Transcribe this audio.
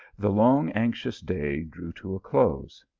the long anxious day drew to a close.